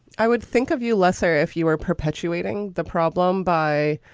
i would think of you lesser if you were perpetuating the problem by,